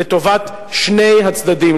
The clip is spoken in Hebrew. לטובת שני הצדדים,